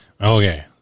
Okay